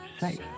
safe